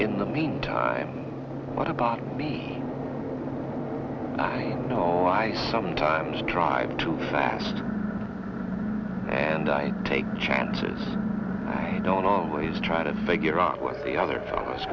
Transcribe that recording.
in the meantime what about me i know i sometimes drive too fast and i take chances i don't always try to figure out what the other